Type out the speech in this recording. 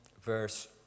verse